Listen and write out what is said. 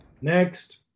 Next